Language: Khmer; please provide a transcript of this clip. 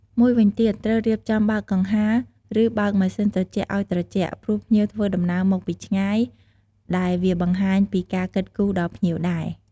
មួយវិញទៀត ត្រូវរៀបចំ បើកកង្ហារ ឬបើកម៉ាស៊ីនត្រជាក់អោយត្រជាក់ ព្រោះភ្ញៀវធ្វើដំណើរមកពីឆ្ងាយ ដែលវាបង្ហាញពីការគិតគូរដល់ភ្ញៀវដែរ។